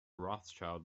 rothschild